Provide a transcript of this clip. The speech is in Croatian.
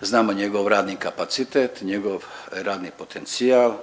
Znamo njegov radni kapacitet, njegov radni potencijal